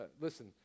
Listen